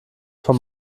von